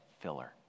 filler